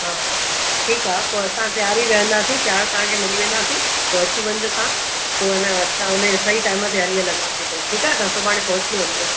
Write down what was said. हा ठीकु आहे पोइ असां तयार ई रहंदासीं तयारु तव्हां खे मिली वेंदासीं पोइ अची वञिजो तव्हां पोइ है न असां सही टाइम ते हली हलंदासीं पोइ ठीकु आहे तव्हां सुभाणे पहुची वञिजो